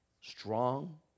strong